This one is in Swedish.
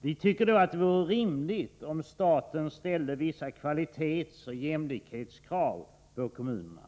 Vi tycker därför att det vore rimligt, om staten ställde vissa kvalitetsoch jämlikhetskrav på kommunerna.